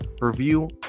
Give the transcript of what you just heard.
review